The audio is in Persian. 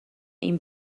این